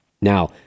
Now